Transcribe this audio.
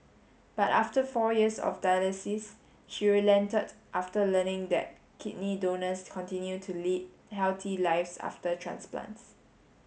but after four years of dialysis she relented after learning that kidney donors continue to lead healthy lives after transplants